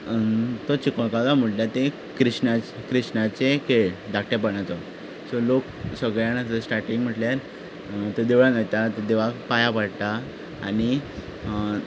तो चिखोल कालो म्हणटा ते कृष्णा कृष्णाचे खेळ दाखटेपणाचो सो लोक सगळे जाणा थंय स्टार्टिंग म्हणल्यार थंय देवळांत वयता थंय देवळांत पांयां पडटा आनी